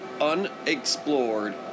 unexplored